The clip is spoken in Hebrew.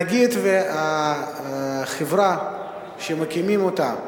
נגיד שחברה שמקימים אותה,